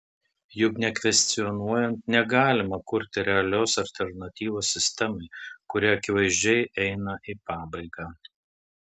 juk nekvestionuojant negalima kurti realios alternatyvos sistemai kuri akivaizdžiai eina į pabaigą